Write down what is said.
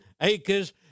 acres